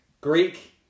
Greek